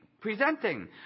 presenting